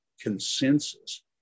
consensus